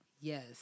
Yes